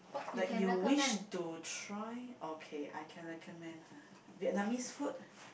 that you wish to try okay I can recommend !huh! Vietnamese food